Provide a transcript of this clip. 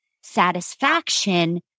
satisfaction